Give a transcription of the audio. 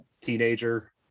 teenager